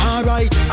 Alright